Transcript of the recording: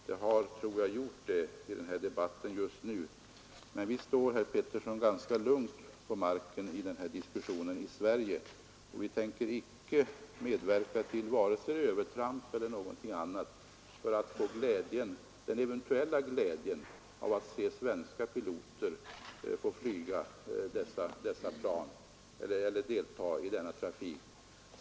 Jag tror att det har gjort det i den här debatten, men vi står ganska lugnt på marken i denna diskussion här i Sverige, och vi tänker inte medverka till några övertramp för att få den eventuella glädjen att se svenska piloter flyga dessa plan eller delta i denna trafik.